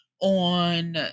on